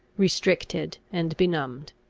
restricted and benumbed.